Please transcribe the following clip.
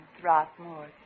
Throckmorton